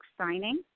signing